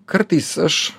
kartais aš